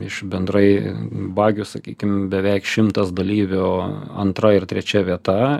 iš bendrai bagių sakykim beveik šimtas dalyvių antra ir trečia vieta